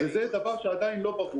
וזה דבר שעדיין לא ברור.